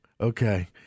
Okay